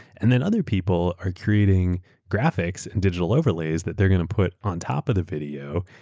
and then other people are creating graphics and digital overlays that they're going to put on top of the video,